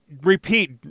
repeat